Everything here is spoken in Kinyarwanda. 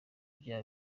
bya